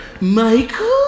Michael